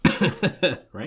Right